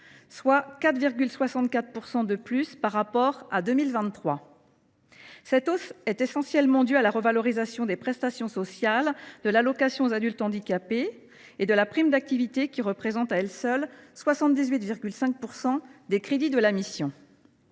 soit 4,64 % de plus par rapport à 2023. Cette hausse est essentiellement due à la revalorisation de l’allocation aux adultes handicapés AAH et de la prime d’activité, qui représentent à elles seules 78,5 % des crédits de la mission.